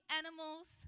animals